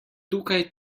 tukaj